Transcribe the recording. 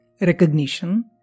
recognition